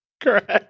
Correct